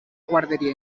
guardería